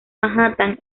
manhattan